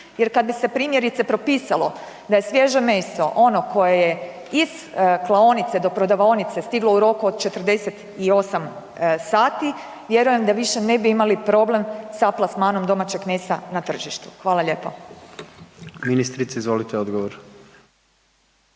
jer kad bi se primjerice propisalo da je svježe meso ono koje je iz klaonice do prodavaonice stiglo u roku od 48 sati vjerujem da više ne bi imali problem sa plasmanom domaćeg mesa na tržištu? Hvala lijepo. **Jandroković, Gordan